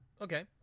Okay